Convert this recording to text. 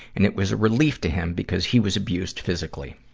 and it was a relief to him because he was abused physically.